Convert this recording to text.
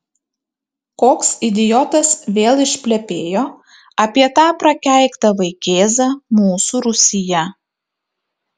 koks idiotas vėl išplepėjo apie tą prakeiktą vaikėzą mūsų rūsyje